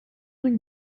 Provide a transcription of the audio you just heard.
ring